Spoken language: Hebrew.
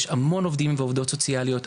יש המון עובדים ועובדות סוציאליות,